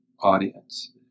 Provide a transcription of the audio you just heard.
audience